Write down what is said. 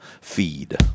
feed